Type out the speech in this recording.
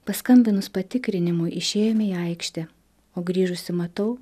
paskambinus patikrinimui išėjome į aikštę o grįžusi matau